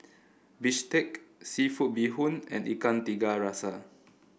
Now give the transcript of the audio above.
bistake seafood Bee Hoon and Ikan Tiga Rasa